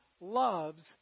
loves